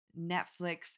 Netflix